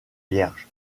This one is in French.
vierge